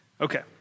Okay